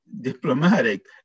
diplomatic